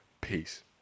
Peace